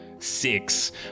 six